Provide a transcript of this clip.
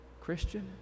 Christian